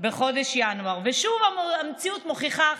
בחודש ינואר, ושוב המציאות מוכיחה אחרת: